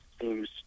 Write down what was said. seems